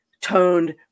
toned